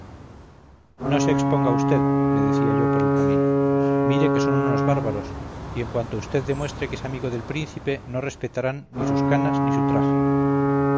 no se exponga vd le decía yo por el camino mire que son unos bárbaros y en cuanto vd demuestre que es amigo del príncipe no respetarán ni sus canas ni su traje